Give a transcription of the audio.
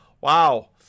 wow